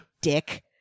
dick